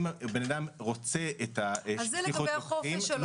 אם האדם רוצה את השליחות --- זה לגבי החופש שלו,